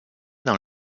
dans